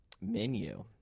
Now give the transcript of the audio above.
menu